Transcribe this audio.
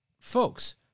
Folks